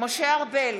משה ארבל,